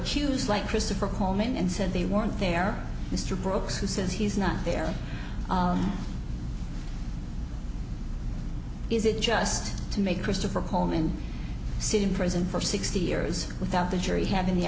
used like christopher coleman and said they weren't there mr brooks who says he's not there is it just to make christopher coleman sit in prison for sixty years without the jury having the